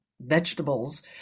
vegetables